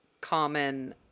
common